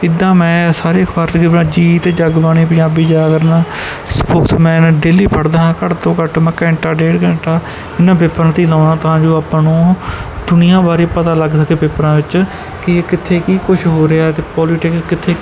ਇੱਦਾਂ ਮੈਂ ਸਾਰੇ ਅਖਬਾਰ ਜਿਵੇਂ ਅਜੀਤ ਜਗਬਾਣੀ ਪੰਜਾਬੀ ਜਾਗਰਣ ਸਪੋਕਸਮੈਨ ਹੈ ਡੇਲੀ ਪੜ੍ਹਦਾ ਹਾਂ ਘੱਟ ਤੋਂ ਘੱਟ ਮੈਂ ਘੰਟਾ ਡੇਢ ਘੰਟਾ ਇਹਨਾਂ ਪੇਪਰਾਂ 'ਤੇ ਲਾਉਂਦਾ ਤਾਂ ਜੋ ਆਪਾਂ ਨੂੰ ਦੁਨੀਆ ਬਾਰੇ ਪਤਾ ਲੱਗ ਸਕੇ ਪੇਪਰਾਂ ਵਿੱਚ ਕੀ ਕਿੱਥੇ ਕੀ ਕੁਛ ਹੋ ਰਿਹਾ ਅਤੇ ਪੋਲੀਟਿਕ ਕਿੱਥੇ